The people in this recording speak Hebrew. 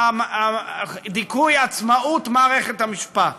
דיכוי עצמאות מערכת המשפט,